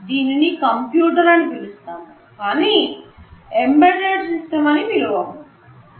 దీనిని కంప్యూటర్ అని పిలుస్తాము కానీ ఎంబెడెడ్ సిస్టమ్ అని పిలవము